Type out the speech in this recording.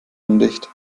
undicht